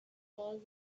clauses